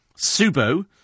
Subo